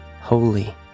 holy